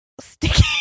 sticky